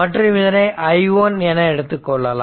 மற்றும் இதனை i1 என எடுத்துக்கொள்ளலாம்